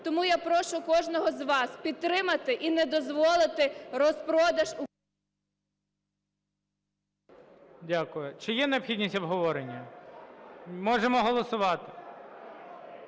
Тому я прошу кожного з вас підтримати і не дозволити розпродаж… ГОЛОВУЮЧИЙ. Дякую. Чи є необхідність обговорення? Можемо голосувати?